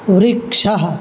वृक्षः